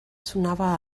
sonava